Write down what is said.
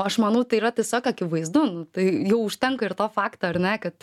aš manau tai yra tiesiog akivaizdu nu tai jau užtenka ir to fakto ar ne kad